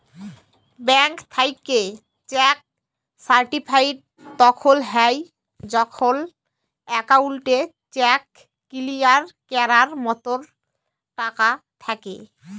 bank থ্যাইকে cheque certified তখল হ্যয় যখল একাউল্টে চ্যাক কিলিয়ার ক্যরার মতল টাকা থ্যাকে